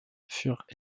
furent